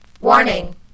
Warning